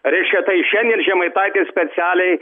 reiškia tai šiandien žiemaitaitis specialiai